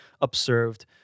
observed